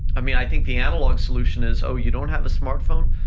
i mean, i think the analog solution is, oh, you don't have a smartphone,